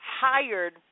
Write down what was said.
hired